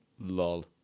Lol